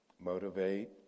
motivate